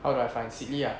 how do I find sidley ah